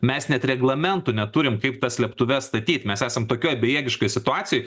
mes net reglamentų neturim kaip tas slėptuves statyt mes esam tokioj bejėgiškoj situacijoj